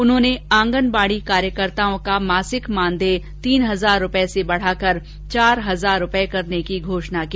उन्होंने आंगनबाड़ी कार्यकर्ताओं का मासिक मानदेय तीन हजार रुपए से बढ़ाकर चार हजार रुपए करने की घोषणा की